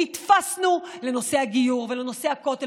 נתפסנו לנושא הגיור ולנושא הכותל,